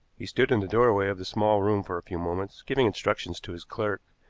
he stood in the doorway of the small room for a few moments, giving instructions to his clerk,